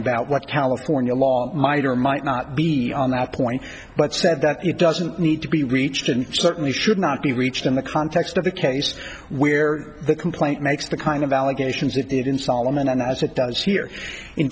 about what california law might or might not be on that point but said that it doesn't need to be reached and certainly should not be reached in the context of the case where the complaint makes the kind of allegations that it in solomon as it does here in